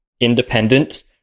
independent